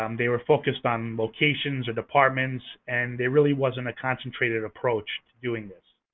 um they were focused on locations or departments and there really wasn't a concentrated approach to doing this.